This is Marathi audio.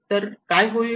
तर काय होईल